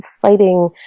fighting